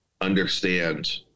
understand